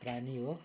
प्राणी हो